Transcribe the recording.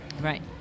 Right